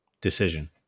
decision